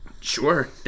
Sure